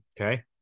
Okay